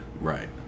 Right